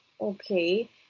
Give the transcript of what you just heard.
okay